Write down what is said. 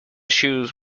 shoes